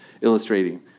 illustrating